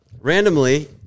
Randomly